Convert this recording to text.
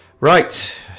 Right